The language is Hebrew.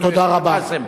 או בכפר-קאסם?